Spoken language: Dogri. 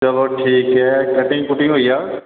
चलो ठीक ऐ कटिंग कुटिंग होई जाह्ग